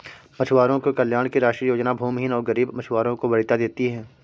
मछुआरों के कल्याण की राष्ट्रीय योजना भूमिहीन और गरीब मछुआरों को वरीयता देती है